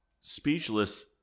speechless